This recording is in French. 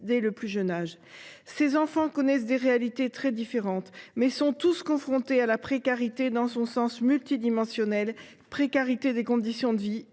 dès le plus jeune âge. Ces enfants connaissent des réalités très différentes, mais sont tous confrontés à une précarité multidimensionnelle, qui touche à leurs conditions de vie,